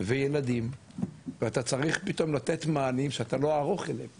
וילדים ואתה צריך פתאום לתת מענים שאתה לא ערוך אליהם,